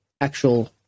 actual